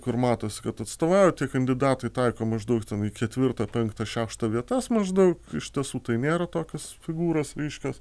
kur matosi kad atstovauja ir tie kandidatai taiko maždaug ten į ketvirtą penktą šeštą vietas maždaug iš tiesų tai nėra tokios figūros ryškios